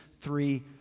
three